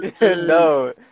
no